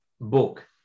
book